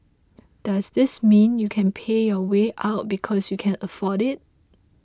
does this mean you can pay your way out because you can afford it